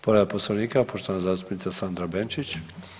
Povreda Poslovnika poštovana zastupnica Sandra Benčić.